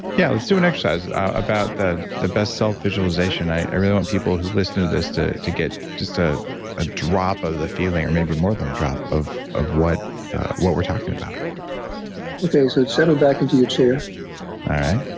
yeah. let's do an exercise, about the the best self-visualization. i really want people, who listen to this, to to get just ah a drop of the feeling. or maybe more than a drop of of what what we're talking about okay. so settle back into your chair all right.